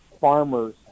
farmers